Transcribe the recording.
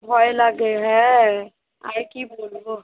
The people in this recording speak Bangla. ভয় লাগে হ্যাঁ আর কি বলবো